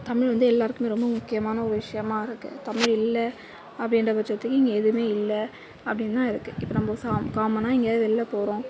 தமிழ் வந்து எல்லாருக்குமே ரொம்ப முக்கியமான ஒரு விஷயமா இருக்கு தமிழ் இல்லை அப்படின்றப்பட்சத்துக்கு இங்கே எதுவுமே இல்லை அப்படின்தான் இருக்கு இப்போ நம்ப சா காமனாக எங்கேயாவது வெளில போகறோம்